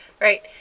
Right